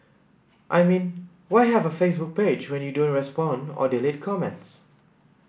I mean why have a Facebook page when you don't respond or delete comments